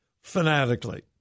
fanatically